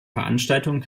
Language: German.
veranstaltung